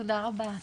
תודה רבה,